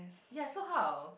ya so how